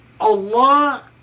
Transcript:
Allah